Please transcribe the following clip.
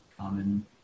common